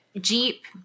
Jeep